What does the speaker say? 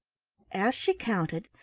as she counted,